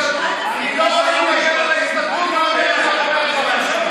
המדינות שבהן יש זכויות בפועל הוא מערכת משפט חזקה